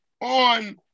on